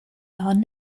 non